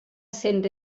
essent